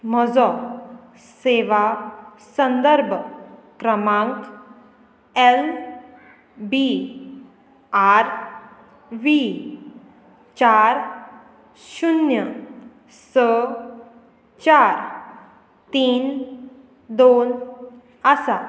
म्हजो सेवा संदर्भ क्रमांक एल बी आर व्ही चार शुन्य स चार तीन दोन आसा